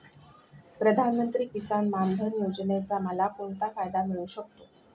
प्रधानमंत्री किसान मान धन योजनेचा मला कोणता फायदा मिळू शकतो?